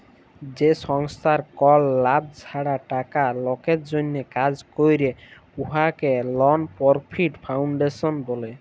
যে সংস্থার কল লাভ ছাড়া টাকা লকের জ্যনহে কাজ ক্যরে উয়াকে লল পরফিট ফাউল্ডেশল ব্যলে